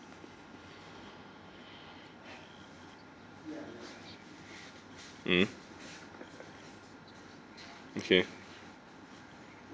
mmhmm okay